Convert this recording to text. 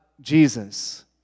Jesus